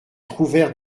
trouvèrent